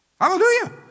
Hallelujah